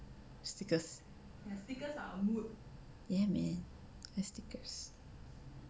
stickers ya man I like stickers